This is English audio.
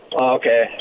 Okay